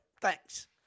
thanks